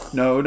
no